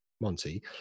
Monty